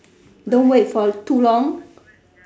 don't wait for too long